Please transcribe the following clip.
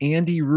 Andy